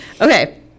okay